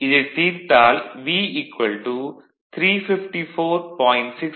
இதைத் தீர்த்தால் V 354